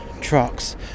trucks